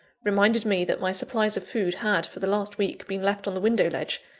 reminded me that my supplies of food had, for the last week, been left on the window-ledge,